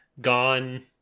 gone